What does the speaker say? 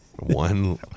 One